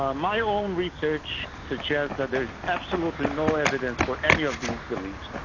um my own research suggests that there's absolutely no evidence for any of these beliefs.